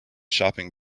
shopping